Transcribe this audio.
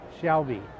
Shelby